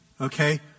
okay